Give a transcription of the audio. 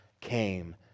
came